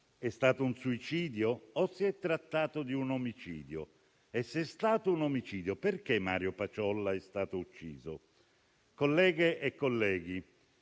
è stato un suicidio o si è trattato di un omicidio? Se stato un omicidio, perché Mario Paciolla è stato ucciso? Colleghe e colleghi,